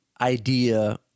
idea